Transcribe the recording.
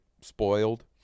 spoiled